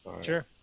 Sure